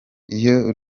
iyo